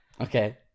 Okay